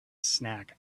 snack